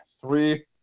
Three